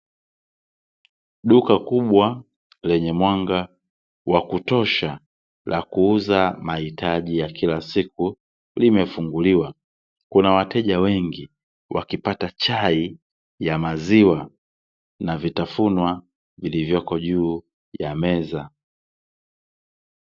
Duka kubwa lenye mwanga wa kutosha la kuuza mahitaji ya kila siku, limefunguliwa, kuna wateja wengi wakipata chai ya maziwa na vitafunwa vilivyoko juu ya meza.